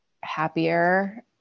happier